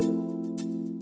to